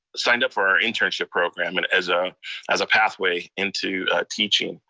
signed up for our internship program and as ah as a pathway into teaching.